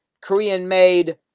Korean-made